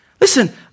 Listen